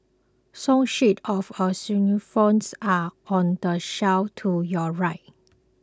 song sheets for xylophones are on the shelf to your right